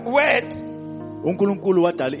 word